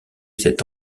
cet